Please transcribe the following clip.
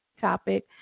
topic